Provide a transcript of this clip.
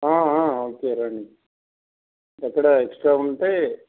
okay రండి అక్కడ extra ఉంటే